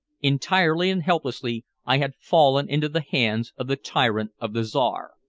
entirely and helplessly i had fallen into the hands of the tyrant of the czar.